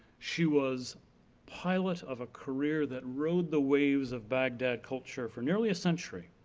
she was pilot of a career that rode the waves of baghdad culture for nearly a century.